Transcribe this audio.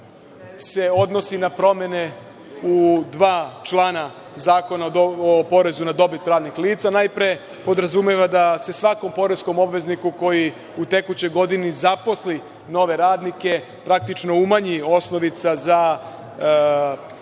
se odnosi na promene u dva člana Zakona o porezu na dobit pravnih lica. Najpre, podrazumeva da se svakom poreskom obvezniku koji u tekućoj godini zaposli nove radnike praktično umanji osnovica za plaćanje